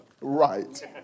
Right